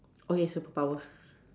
okay superpower